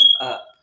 up